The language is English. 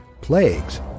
plagues